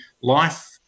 life